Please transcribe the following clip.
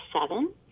seven